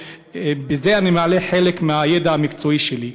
ובזה אני מעלה חלק מהידע המקצועי שלי,